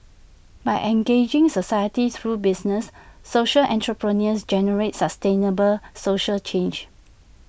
by engaging society through business social entrepreneurs generate sustainable social change